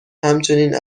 همچنین